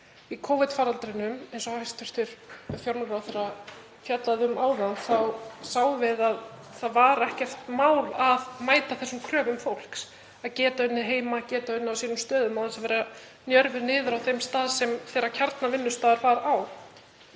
Í Covid-faraldrinum, eins og hæstv. fjármálaráðherra fjallaði um áðan, sáum við að það var ekkert mál að mæta þessum kröfum fólks, að geta unnið heima, geta unnið á sínum stöðum án þess að vera njörvað niður á þeim stað sem kjarnavinnustaður þess var á.